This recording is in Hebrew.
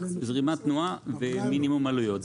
זרימת תנועה ומינימום עלויות.